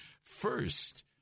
first